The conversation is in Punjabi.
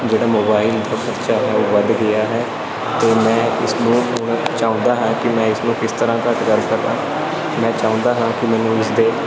ਜਿਹੜਾ ਮੋਬਾਈਲ ਉੱਪਰ ਖਰਚਾ ਹੈ ਉਹ ਵੱਧ ਗਿਆ ਹੈ ਅਤੇ ਮੈਂ ਇਸ ਨੂੰ ਹੁਣ ਚਾਹੁੰਦਾ ਹਾਂ ਕਿ ਮੈਂ ਇਸ ਨੂੰ ਕਿਸ ਤਰ੍ਹਾਂ ਘੱਟ ਕਰ ਸਕਾਂ ਮੈਂ ਚਾਹੁੰਦਾ ਹਾਂ ਕਿ ਮੈਨੂੰ ਇਸ ਦੇ